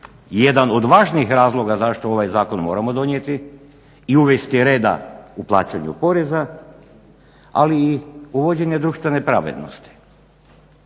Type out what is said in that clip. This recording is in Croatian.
jedan od važnijih razloga zašto ovaj zakon moramo donijeti i uvesti reda u plaćanju poreza, ali i uvođenje društvene pravednosti.